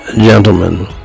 gentlemen